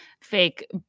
fake